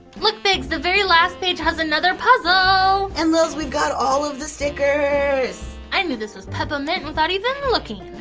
look biggs, the very last page has another puzzle. and lilz, we've got all of the stickers. i knew this was peppa mint and without even looking!